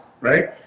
right